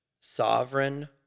sovereign